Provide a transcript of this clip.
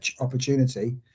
opportunity